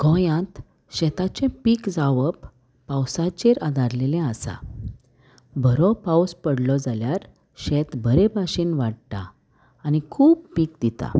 गोंयांत शेताचें पीक जावप पावसाचेर आदारलेलें आसा बरो पावस पडलो जाल्यार शेत बरे भाशेन वाडटा आनी खूब पीक दिता